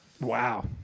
Wow